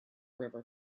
river